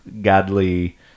godly